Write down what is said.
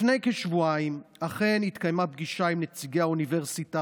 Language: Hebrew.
לפני כשבועיים אכן התקיימה פגישה עם נציגי האוניברסיטה,